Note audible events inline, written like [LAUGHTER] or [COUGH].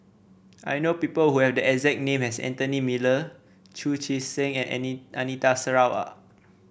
I know people who have the exact name as Anthony Miller Chu Chee Seng and [UNINTELLIGIBLE] Anita Sarawak